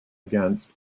against